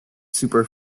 super